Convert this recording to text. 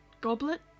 Goblet